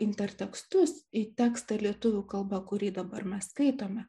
intertekstus į tekstą lietuvių kalba kurį dabar mes skaitome